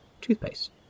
toothpaste